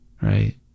right